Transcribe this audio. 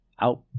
out